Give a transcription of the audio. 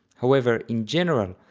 however, in general,